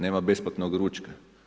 Nema besplatnog ručka.